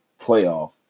playoff